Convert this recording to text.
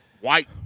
white